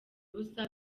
ubusa